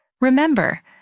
Remember